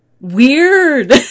weird